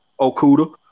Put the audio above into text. Okuda